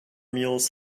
mules